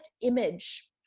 image